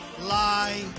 lie